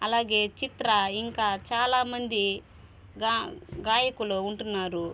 అలాగే చిత్ర ఇంకా చాలామంది గా గాయకులు ఉంటున్నారు